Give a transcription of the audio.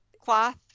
cloth